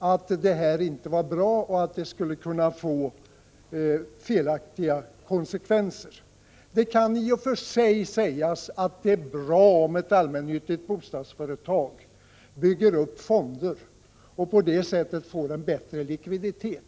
om konsolideringsfond inte var bra och att det skulle kunna få felaktiga konsekvenser. Det kan i och för sig sägas att det är bra om ett allmännyttigt bostadsföretag bygger upp fonder och på det sättet får en bättre likviditet.